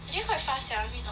actually quite fast sia